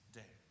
day